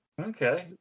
Okay